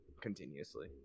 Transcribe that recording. continuously